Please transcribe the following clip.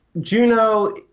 Juno